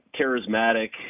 charismatic